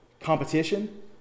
competition